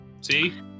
See